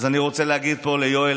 אז אני רוצה להגיד פה ליואל,